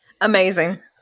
amazing